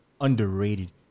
underrated